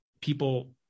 people